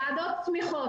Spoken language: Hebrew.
ועדות תמיכות,